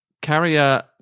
Carrier